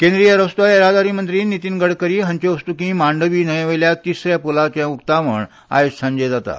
केंद्रीय रस्तो येरादारी मंत्री नितीन गडकरी हांचे हस्त्की मांडवी न्हयवेल्या तिसर्या पुलाचे उक्तावण आयज सांजे जाता